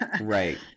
Right